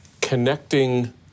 connecting